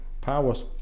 powers